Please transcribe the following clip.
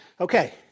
Okay